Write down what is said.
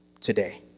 today